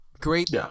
great